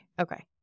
okay